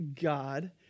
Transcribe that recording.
God